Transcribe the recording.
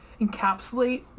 encapsulate